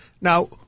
Now